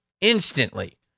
instantly